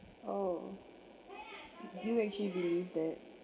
oh do you actually believe that